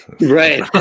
Right